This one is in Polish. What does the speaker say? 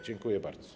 Dziękuję bardzo.